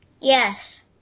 Yes